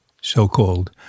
so-called